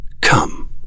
Come